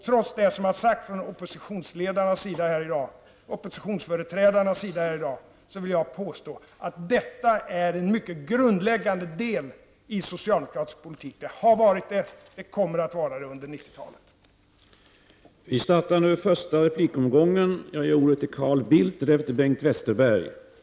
Trots det som har sagts från oppositionsföreträdarnas sida här i dag vill jag påstå att detta är, har varit och under 90-talet kommer att vara ett grundläggande inslag i socialdemokratisk politik.